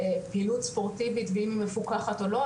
פעילות ספורטיבית ואם היא מפוקחת או לא,